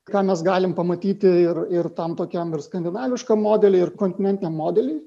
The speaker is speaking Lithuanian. ką mes galim pamatyti ir ir tam tokiam ir skandinaviškam modely ir kontinentiniam modely